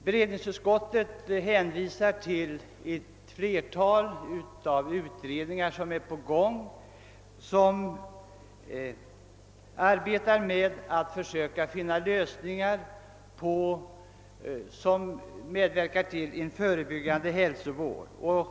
Beredningsutskottet hänvisar till att ett flertal utredningar arbetar med att försöka finna lösningar som innebär en utvidgning av den förebyggande hälsovården.